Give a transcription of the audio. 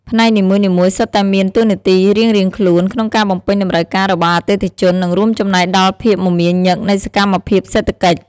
ផ្នែកនីមួយៗសុទ្ធតែមានតួនាទីរៀងៗខ្លួនក្នុងការបំពេញតម្រូវការរបស់អតិថិជន និងរួមចំណែកដល់ភាពមមាញឹកនៃសកម្មភាពសេដ្ឋកិច្ច។